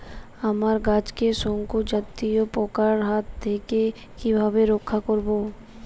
আমার গাছকে শঙ্কু জাতীয় পোকার হাত থেকে কিভাবে রক্ষা করব?